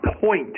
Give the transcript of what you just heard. point